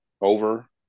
over